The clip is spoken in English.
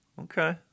Okay